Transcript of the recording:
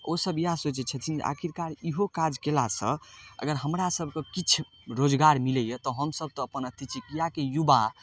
ओसभ इएह सोचै छथिन जे आखिरकार ईहो काज कएलासँ अगर हमरासभके किछु रोजगार मिलैए तऽ हमसभ तऽ अपन अथी छी किएकि युवा